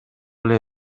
эле